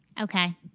Okay